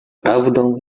prawdą